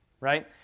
right